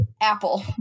Apple